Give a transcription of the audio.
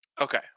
Okay